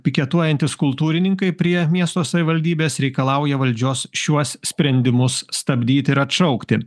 piketuojantys kultūrininkai prie miesto savivaldybės reikalauja valdžios šiuos sprendimus stabdyti ir atšaukti